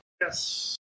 Yes